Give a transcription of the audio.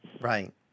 Right